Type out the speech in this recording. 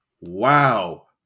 wow